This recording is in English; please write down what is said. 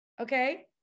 okay